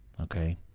Okay